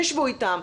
תשבו איתם,